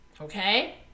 okay